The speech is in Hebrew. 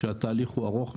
שהתהליך הוא ארוך,